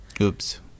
Oops